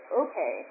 okay